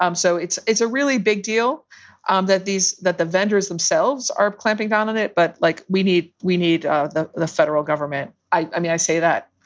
um so it's it's a really big deal um that these that the vendors themselves are clamping down on it. but like, we need we need ah the the federal government. i mean, i say that,